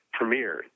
premiered